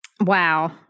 Wow